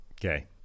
Okay